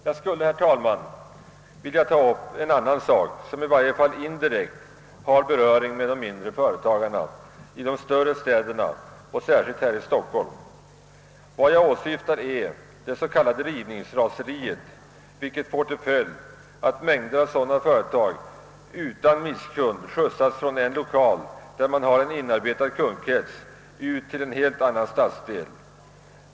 Jag skulle, herr talman, vilja ta upp en annan sak, som i varje fall indirekt har beröring med de mindre företagen i de större städerna och särskilt här i Stockholm. Vad jag åsyftar är det s.k. rivningsraseriet, vilket får till följd att mängder av småföretag utan misskund skjutsas från en lokal, där man har en inarbetad kundkrets, ut till en helt annan stadsdel.